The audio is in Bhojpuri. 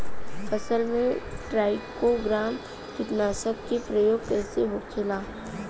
फसल पे ट्राइको ग्राम कीटनाशक के प्रयोग कइसे होखेला?